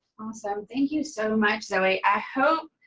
awesome, thank you so much, zoe. i hope,